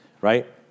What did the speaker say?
right